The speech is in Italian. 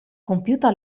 compiuta